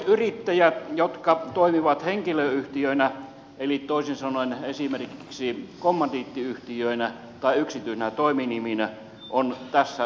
yrittäjät jotka toimivat henkilöyhtiöinä eli toisin sanoen esimerkiksi kommandiittiyhtiöinä tai yksityisinä toiminiminä on tässä ratkaisussa kokonaan unohdettu